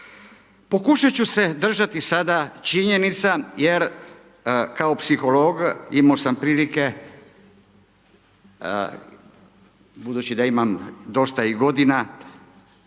Pokušat ću se držati sada činjenica jer kao psiholog imo sam prilike, budući da imam dosta i godina,